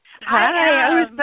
Hi